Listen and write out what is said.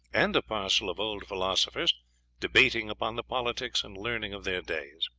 and a parcel of old philosophers debating upon the politics and learning of their days.